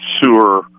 sewer